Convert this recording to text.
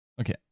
okay